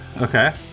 Okay